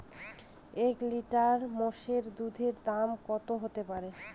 এক লিটার মোষের দুধের দাম কত হতেপারে?